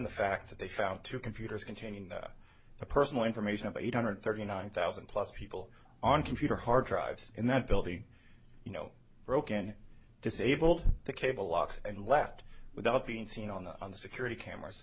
the fact that they found two computers containing the personal information of eight hundred thirty nine thousand plus people on computer hard drives in that building you know broken disable the cable locks and left without being seen on the security cameras